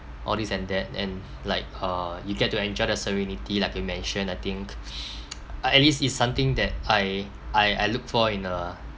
all this and that and like uh you get to enjoy the serenity like you mentioned I think uh at least it's something that I I I look forward in a